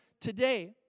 Today